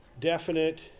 definite